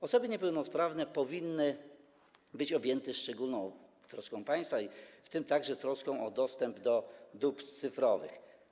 Osoby niepełnosprawne powinny być objęte szczególną troską państwa, w tym także troską o dostęp do dóbr cyfrowych.